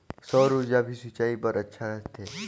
सौर ऊर्जा भी सिंचाई बर अच्छा रहथे?